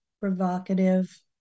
provocative